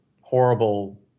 horrible